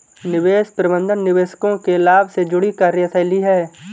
निवेश प्रबंधन निवेशकों के लाभ से जुड़ी कार्यशैली है